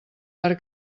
per